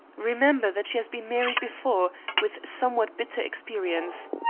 remember that she has been married before, with somewhat bitter experience.